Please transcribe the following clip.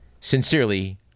Sincerely